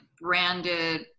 branded